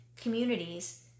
communities